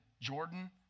Jordan